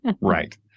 Right